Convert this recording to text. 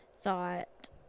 thought